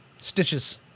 Stitches